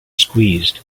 squeezed